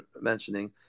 mentioning